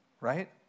Right